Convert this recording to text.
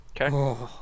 Okay